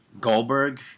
Goldberg